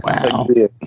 Wow